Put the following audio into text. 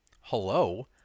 hello